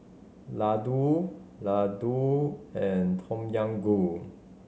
Ladoo Ladoo and Tom Yam Goong